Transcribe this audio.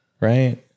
Right